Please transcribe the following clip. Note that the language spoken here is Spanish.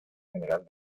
general